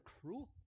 cruel